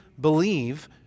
believe